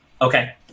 Okay